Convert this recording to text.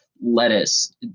lettuce